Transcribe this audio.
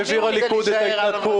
העביר הליכוד את ההתנתקות.